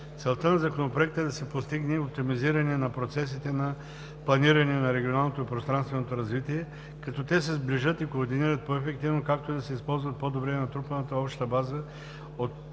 Целта на Законопроекта е да се постигне оптимизиране на процесите на планиране на регионалното и пространственото развитие, като те се сближат и координират по-ефективно, както и да се използва по-добре натрупаната обща база